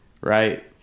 right